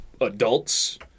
adults